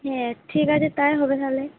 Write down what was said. হ্যাঁ ঠিক আছে তাই হবে তাহলে